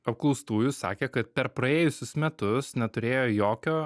apklaustųjų sakė kad per praėjusius metus neturėjo jokio